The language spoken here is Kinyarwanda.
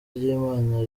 ry’imana